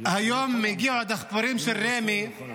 היום הגיעו הדחפורים של רמ"י,